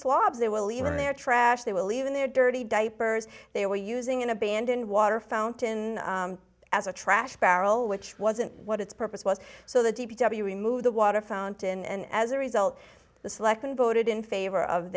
slobs they will even their trash they were leaving their dirty diapers they were using an abandoned water fountain as a trash barrel which wasn't what its purpose was so the d p w removed the water fountain and as a result the selection voted in favor of